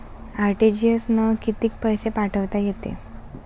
RTGS न कितीक पैसे पाठवता येते?